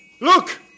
Look